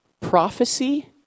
Prophecy